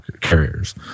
carriers